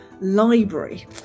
Library